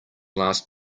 last